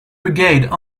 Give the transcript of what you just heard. brigade